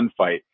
gunfight